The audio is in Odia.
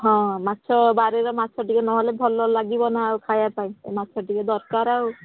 ହଁ ମାଛ ବାରିରେ ମାଛ ଟିକିଏ ନହେଲେ ଭଲ ଲାଗିବନା ଆଉ ଖାଇବା ପାଇଁ ଏ ମାଛ ଟିକିଏ ଦରକାର ଆଉ